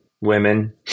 women